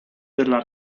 della